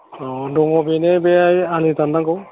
अ दङ बेनो बे आलि दाननांगौ